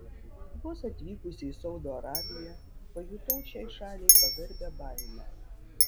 vos atvykusi į saudo arabiją pajutau šiai šaliai pagarbią baimę